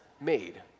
made